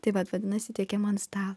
tai vat vadinasi tiekiama ant sta